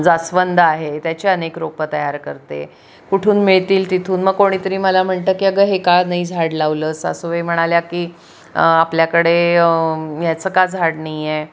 जास्वंद आहे त्याची अनेक रोपं तयार करते कुठून मिळतील तिथून मग कोणीतरी मला म्हणतं की अगं हे का नाही झाड लावलंस सासूबाई म्हणाल्या की आपल्याकडे याचं का झाड नाही आहे